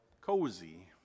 cozy